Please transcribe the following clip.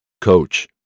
Coach